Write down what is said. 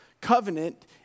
Covenant